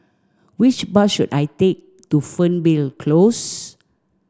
which bus should I take to Fernvale Close